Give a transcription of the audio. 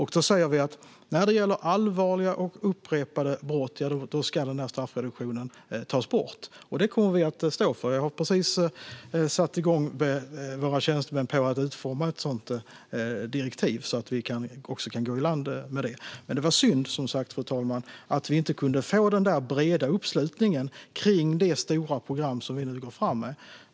Vi säger att straffreduktionen ska tas bort när det gäller allvarliga och upprepade brott, och det kommer vi att stå för. Jag har precis satt igång våra tjänstemän med att utforma ett sådant direktiv, så att vi kan gå i land med detta. Men det var som sagt synd, fru talman, att vi inte kunde få den där breda uppslutningen kring det stora program som vi nu går fram med.